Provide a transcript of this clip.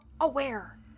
aware